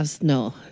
no